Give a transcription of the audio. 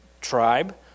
tribe